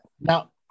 Now